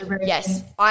Yes